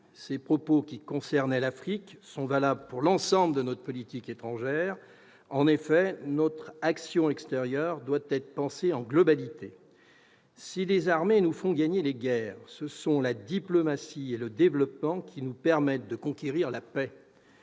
Ces propos, qui concernaient l'Afrique, sont valables pour l'ensemble de notre politique étrangère. En effet, notre action extérieure doit être pensée de manière globale. Si les armées nous font gagner les guerres, ce sont la diplomatie et le développement qui nous permettent de conquérir la paix.